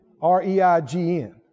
R-E-I-G-N